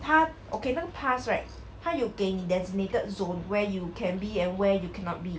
他 okay 那个 pass right 它有给你 designated zone where you can and where you cannot be